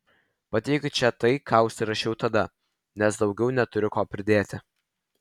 pateikiu čia tai ką užsirašiau tada nes daugiau neturiu ko pridėti